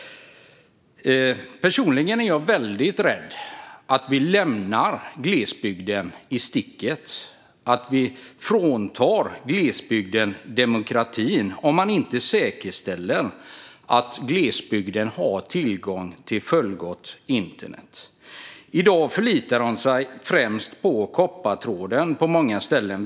Personligen är jag mycket rädd för att vi lämnar glesbygden i sticket och att vi fråntar glesbygden demokratin om det inte säkerställs att glesbygden har tillgång till fullgott internet. I dag förlitar man sig på många ställen främst på koppartråden.